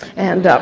and